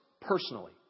personally